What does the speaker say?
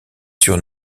sur